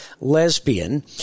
lesbian